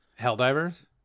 Helldivers